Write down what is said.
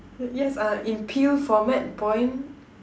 yes uh in peel format point